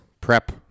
Prep